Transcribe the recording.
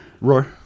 Roar